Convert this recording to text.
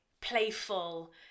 playful